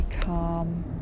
calm